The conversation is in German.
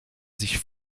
sich